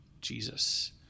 Jesus